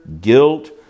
guilt